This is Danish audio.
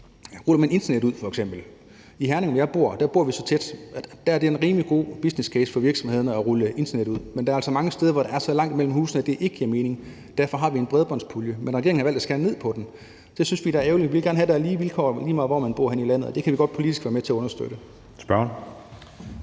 rulle internet ud bor man så tæt i Herning, hvor jeg bor, at der er det en rimelig god businesscase for virksomhederne at rulle internet ud, men der er altså mange andre steder, hvor der er så langt imellem husene, at det ikke giver mening. Derfor har vi en bredbåndspulje, men regeringen har valgt at skære ned på den. Det synes vi da er ærgerligt; vi vil gerne have, at der er lige vilkår, lige meget hvor man bor henne i landet, og det kan vi godt politisk være med til at understøtte.